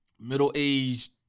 middle-aged